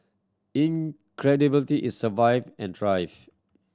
it survived and thrive